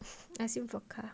ask him for car